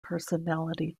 personality